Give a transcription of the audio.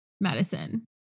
medicine